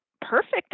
perfect